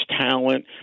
talent